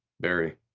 very.